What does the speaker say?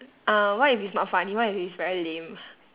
uh what if it's not funny what if it's very lame